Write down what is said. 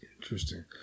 Interesting